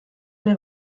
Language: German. mehr